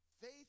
Faith